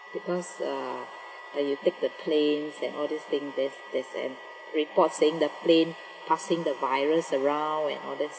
because uh and you take the planes and all these thing that's that's and reports saying the plane passing the virus around and all these